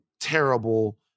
terrible